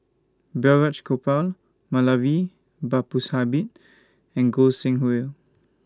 Balraj Gopal Moulavi Babu Sahib and Goi Seng Hui